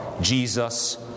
Jesus